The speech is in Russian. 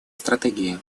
стратегии